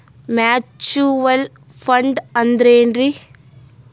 Mutual fund ಅಂದ್ರೆನ್ರಿ?